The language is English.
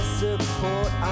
support